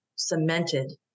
cemented